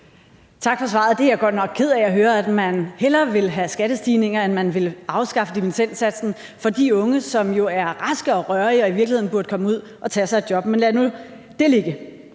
Tak for svaret. Jeg er godt nok ked af at høre, at man hellere vil have skattestigninger, end man vil afskaffe dimittendsatsen for de unge, som jo er raske og rørige og i virkeligheden burde komme ud og tage sig et job. Men lad nu det ligge.